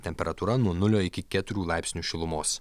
temperatūra nuo nulio iki keturių laipsnių šilumos